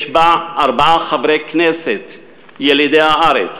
יש בה ארבעה חברי כנסת ילידי הארץ,